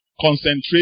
concentrate